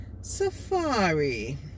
Safari